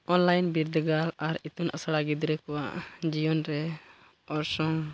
online ᱵᱤᱨᱫᱟᱹᱜᱟᱲ ᱟᱨ ᱤᱛᱩᱱ ᱟᱥᱲᱟ ᱜᱤᱫᱽᱨᱟᱹ ᱠᱚᱣᱟᱜ ᱡᱤᱭᱚᱱ ᱨᱮ ᱚᱨᱥᱚᱝ